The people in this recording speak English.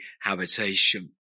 habitation